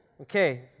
Okay